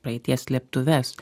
praeities slėptuves